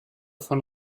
von